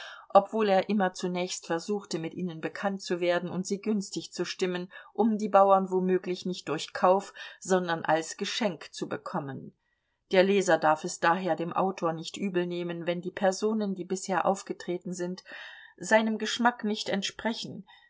wobei er immer zunächst versuchte mit ihnen bekannt zu werden und sie günstig zu stimmen um die bauern womöglich nicht durch kauf sondern als geschenk zu bekommen der leser darf es daher dem autor nicht übelnehmen wenn die personen die bisher aufgetreten sind seinem geschmack nicht entsprechen